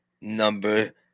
Number